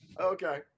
Okay